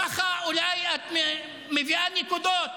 ככה אולי את מביאה נקודות.